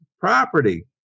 property